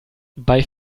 bei